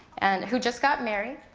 and who just got married.